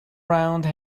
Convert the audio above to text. round